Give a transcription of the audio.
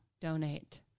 donate